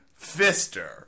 Fister